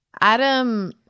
Adam